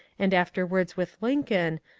and afterwards with lincoln,